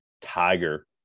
Tiger